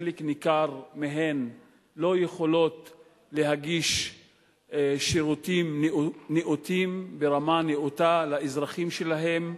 חלק ניכר מהן לא יכולות להגיש שירותים נאותים ברמה נאותה לאזרחים שלהן.